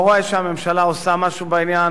אני לא רואה שהממשלה עושה משהו בעניין.